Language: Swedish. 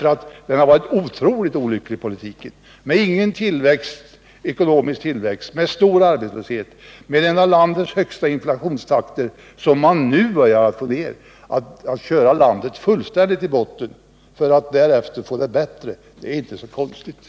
Politiken har varit otroligt olycklig: ingen ekonomisk tillväxt, stor arbetslöshet och en inflation som hör till de största som vi har haft i landet. Först nu börjar man få ned inflationen. Då man har kört landet fullständigt i botten är det inte så konstigt, om det sedan börjar bli bättre.